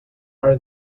are